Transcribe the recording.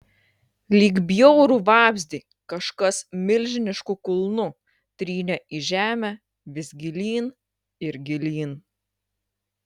lyg bjaurų vabzdį kažkas milžinišku kulnu trynė į žemę vis gilyn ir gilyn